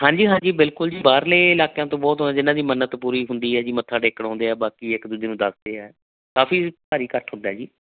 ਹਾਂਜੀ ਹਾਂਜੀ ਬਿਲਕੁਲ ਜੀ ਬਾਹਰਲੇ ਇਲਾਕਿਆਂ ਤੋਂ ਬਹੁਤ ਆਉਂਦੇ ਜਿਨ੍ਹਾਂ ਦੀ ਮੰਨਤ ਪੂਰੀ ਹੁੰਦੀ ਹੈ ਜੀ ਮੱਥਾ ਟੇਕਣ ਆਉਂਦੇ ਆ ਬਾਕੀ ਇੱਕ ਦੂਜੇ ਨੂੰ ਦੱਸਦੇ ਹੈ ਕਾਫੀ ਭਾਰੀ ਇਕੱਠ ਹੁੰਦਾ ਜੀ